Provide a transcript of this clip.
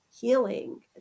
healing